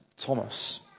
Thomas